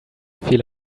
feel